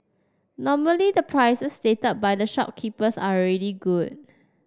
normally the prices stated by the shopkeepers are already good